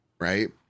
right